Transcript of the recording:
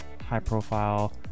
high-profile